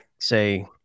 say